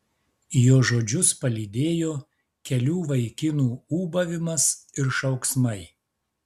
jo žodžius palydėjo kelių vaikinų ūbavimas ir šauksmai